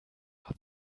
war